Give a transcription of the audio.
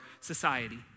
society